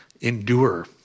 endure